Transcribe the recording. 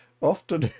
often